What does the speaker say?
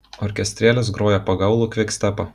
orkestrėlis grojo pagaulų kvikstepą